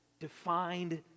defined